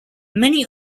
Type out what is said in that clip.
many